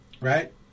Right